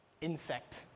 insect